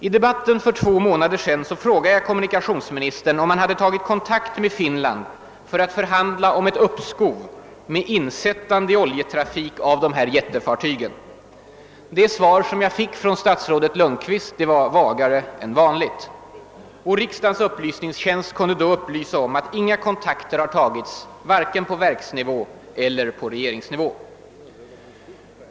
I debatten för två månader sedan frågade jag kommunikationsministern om han hade tagit kontakt med Finland för att förhandla om ett uppskov med insättande i oljetrafik av dessa jättefartyg. Det svar jag fick från statsrådet Lundkvist var vagare än vanligt. Riksdagens upplysningstjänst kunde då upplysa om att inga kontakter hade tagits vare sig på verksnivå eller på regeringsnivå.